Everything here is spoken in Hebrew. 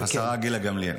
השרה גילה גמליאל,